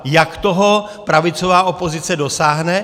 Jak toho pravicová opozice dosáhne?